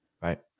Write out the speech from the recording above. Right